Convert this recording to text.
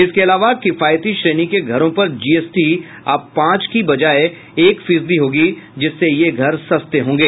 इसके अलावा किफायदी श्रेणी के घरों पर जीएसटी अब पांच के बजाय एक फीसदी होगी जिससे ये घर सस्ते हो जायेंगे